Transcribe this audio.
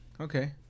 Okay